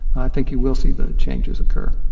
think you will see the changes occur.